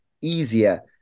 easier